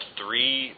three